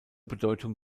bedeutung